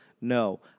no